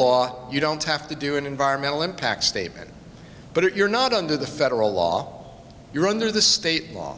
law you don't have to do an environmental impact statement but if you're not under the federal law you're under the state law